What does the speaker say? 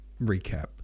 recap